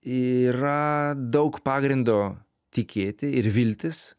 yra daug pagrindo tikėti ir viltis